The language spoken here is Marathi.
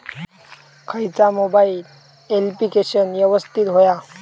खयचा मोबाईल ऍप्लिकेशन यवस्तित होया?